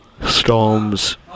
storms